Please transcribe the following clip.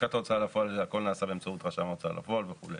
בלשכת ההוצאה לפועל זה הכל נעשה באמצעות רשם הוצאה לפועל וכו'.